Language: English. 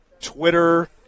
Twitter